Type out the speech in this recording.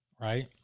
Right